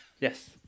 Yes